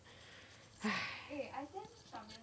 !hais!